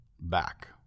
back